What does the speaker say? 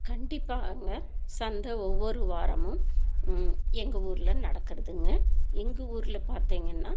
கண்டிப்பாங்க சந்தை ஒவ்வொரு வாரமும் எங்கள் ஊரில் நடக்கறதுங்க எங்கள் ஊரில் பார்த்திங்கன்னா